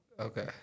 Okay